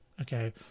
Okay